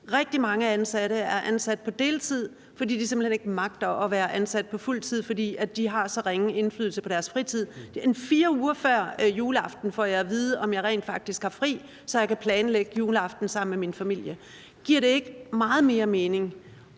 rigtig mange ansatte er ansat på deltid, fordi de simpelt hen ikke magter at være ansat på fuld tid, fordi de har så ringe indflydelse på deres fritid: Ca. 4 uger før juleaften får jeg at vide, om jeg rent faktisk har fri, så jeg kan planlægge juleaften sammen med min familie. Giver det ikke meget mere mening